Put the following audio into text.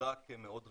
הוגדרה כמאוד רגישה,